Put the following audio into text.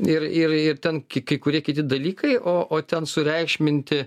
ir ir ir ten kai kurie kiti dalykai o ten sureikšminti